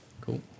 Cool